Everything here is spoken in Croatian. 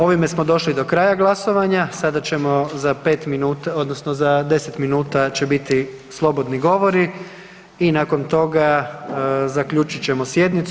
Ovime smo došli do kraja glasovanja, sada ćemo za 5 minuta odnosno za 10 minuta će biti slobodni govori i nakon toga zaključit ćemo sjednicu.